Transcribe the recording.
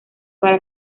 para